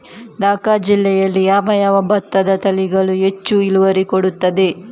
ದ.ಕ ಜಿಲ್ಲೆಯಲ್ಲಿ ಯಾವ ಯಾವ ಭತ್ತದ ತಳಿಗಳು ಹೆಚ್ಚು ಇಳುವರಿ ಕೊಡುತ್ತದೆ?